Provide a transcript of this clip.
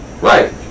Right